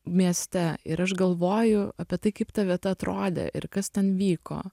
mieste ir aš galvoju apie tai kaip ta vieta atrodė ir kas ten vyko